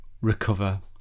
recover